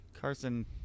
Carson